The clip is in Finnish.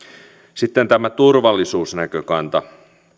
sitten tämä turvallisuusnäkökanta